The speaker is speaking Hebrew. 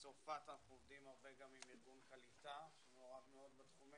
בצרפת אנחנו עובדים הרבה גם עם ארגון קעליטה שמעורב מאוד בתחומים.